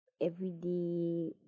everyday